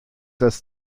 das